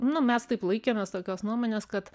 nu mes taip laikėmės tokios nuomonės kad